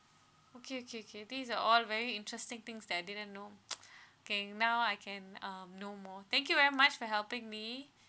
okay okay okay these uh all very interesting things that I didn't know K now I can um know more thank you very much for helping me